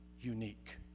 unique